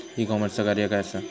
E कॉमर्सचा कार्य काय असा?